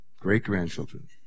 great-grandchildren